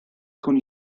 con